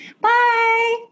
Bye